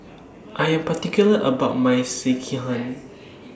I Am particular about My Sekihan